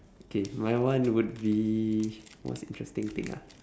okay my one would be what's interesting thing ah